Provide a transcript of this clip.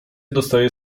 dostaje